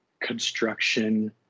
Construction